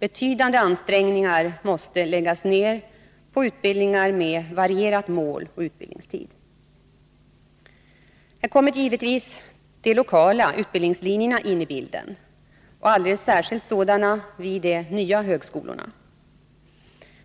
Betydande ansträngningar måste läggas ned på utbildningar med varierat mål och varierad utbildningstid. Här kommer givetvis de lokala utbildningslinjerna in i bilden — alldeles särskilt sådana vid de nya högskolorna.